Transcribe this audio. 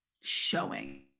showing